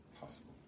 possible